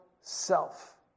self